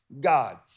God